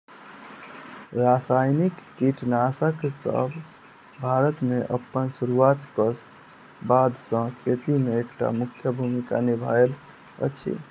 रासायनिक कीटनासकसब भारत मे अप्पन सुरुआत क बाद सँ खेती मे एक टा मुख्य भूमिका निभायल अछि